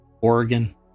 oregon